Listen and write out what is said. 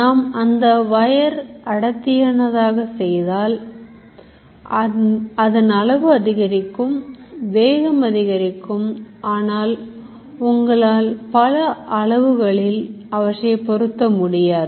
நாம் அந்த ஒயரை அடர்த்தியானதாக செய்தால் அதன் அளவு அதிகரிக்கும் வேகம் அதிகரிக்கும் ஆனால் உங்களால் பல அளவுகளில் அவற்றை பொருத்த முடியாது